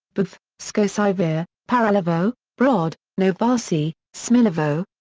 buf, skocivir, paralovo, brod, novaci, smilevo,